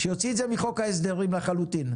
שיוציא את זה מחוק ההסדרים לחלוטין.